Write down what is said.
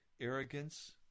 arrogance